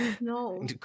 no